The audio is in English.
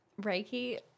Reiki